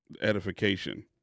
edification